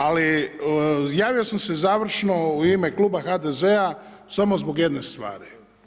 Ali javio sam se završno u ime Kluba HDZ-a samo zbog jedne stvari.